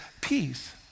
peace